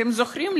אתם זוכרים,